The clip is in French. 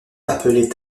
appelées